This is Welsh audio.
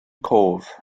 cof